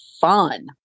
fun